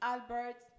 Albert